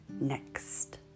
next